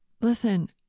Listen